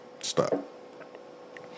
Stop